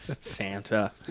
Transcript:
Santa